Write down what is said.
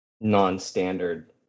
non-standard